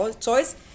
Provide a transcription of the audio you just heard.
choice